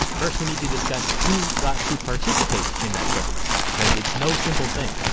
first we need to discuss who got to participate in that government, because it's no simple thing.